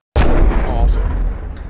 Awesome